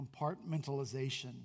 compartmentalization